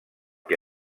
que